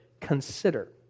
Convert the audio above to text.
consider